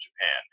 Japan